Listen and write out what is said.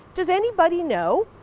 does anybody know?